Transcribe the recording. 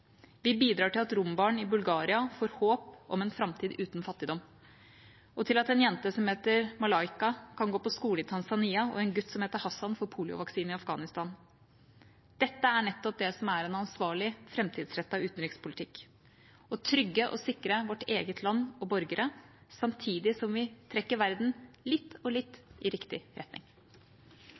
Vi bidrar til at rombarn i Bulgaria får håp om en framtid uten fattigdom. Og vi bidrar til at en jente som heter Malaika, kan gå på skole i Tanzania og en gutt som heter Hassan, får poliovaksine i Afghanistan. Det er nettopp dette som er en ansvarlig og framtidsrettet utenrikspolitikk: å trygge og sikre vårt eget land og borgere samtidig som vi trekker verden litt og litt i riktig retning.